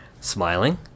smiling